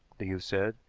the youth said,